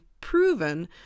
proven